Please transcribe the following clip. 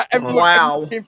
Wow